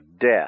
death